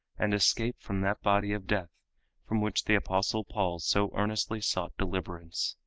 and escape from that body of death from which the apostle paul so earnestly sought deliverance.